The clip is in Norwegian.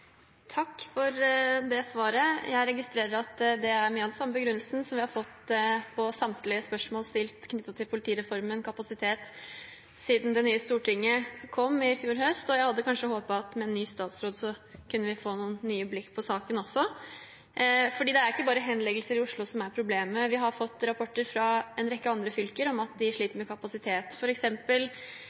Takk for svaret. Jeg registrerer at det var mye av den samme begrunnelsen som vi har fått på samtlige spørsmål som er stilt om politireformen og kapasitet siden vi fikk et nytt storting i fjor høst. Jeg hadde kanskje håpet at vi med en ny statsråd kunne fått et nytt blikk på saken også. Det er ikke bare henleggelser i Oslo som er problemet. Vi har fått rapporter fra en rekke andre fylker også om at de sliter med kapasitet.